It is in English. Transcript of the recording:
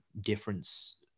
difference